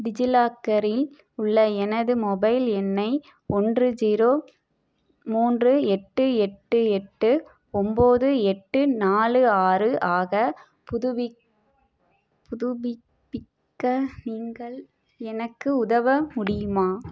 டிஜிலாக்கரில் உள்ள எனது மொபைல் எண்ணை ஒன்று ஜீரோ மூன்று எட்டு எட்டு எட்டு ஒம்பது எட்டு நாலு ஆறு ஆக புதுப்பிக் புதுப்பி பிக்க நீங்கள் எனக்கு உதவ முடியுமா